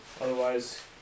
Otherwise